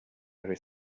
very